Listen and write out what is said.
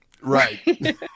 Right